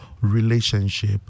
relationship